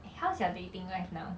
how's your dating ife now